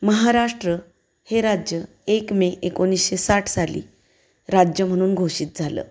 महाराष्ट्र हे राज्य एक मे एकोणीसशे साठ साली राज्य म्हणून घोषित झालं